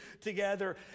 together